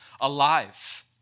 alive